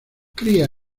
cría